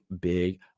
big